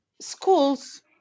schools